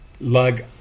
lug